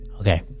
Okay